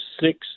six